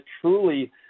truly